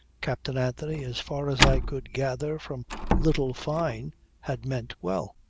captain anthony as far as i could gather from little fyne had meant well.